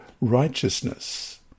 righteousness